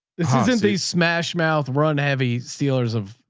this isn't these smash mouth run heavy stealers of,